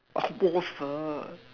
orh waffle